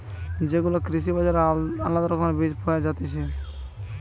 সব গুলা কৃষি বাজারে আলদা রকমের বীজ পায়া যায়তিছে